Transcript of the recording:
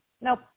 Nope